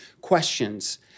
questions